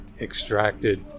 extracted